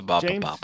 James